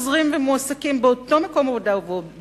ואז הם מוחזרים ומועסקים באותו בית-ספר,